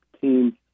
team